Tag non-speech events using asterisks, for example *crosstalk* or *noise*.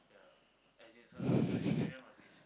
*breath*